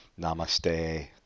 Namaste